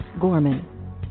Gorman